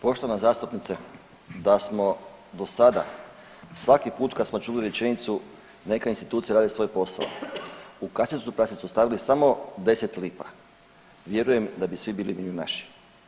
Poštovana zastupnice da smo dosada svaki put kad smo čuli rečenicu neka institucije rade svoj posao, u kasicu prasicu stavili samo 10 lipa vjerujem da bi svi bili milijunaši.